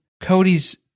Cody's